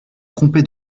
trompé